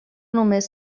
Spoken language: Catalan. només